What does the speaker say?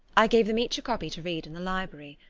i gave them each a copy to read in the library.